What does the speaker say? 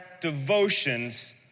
devotions